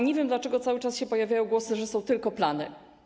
Nie wiem, dlaczego cały czas się pojawiają głosy, że są to tylko plany.